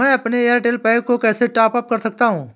मैं अपने एयरटेल पैक को कैसे टॉप अप कर सकता हूँ?